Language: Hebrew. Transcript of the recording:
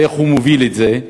ואיך הוא מוביל את זה,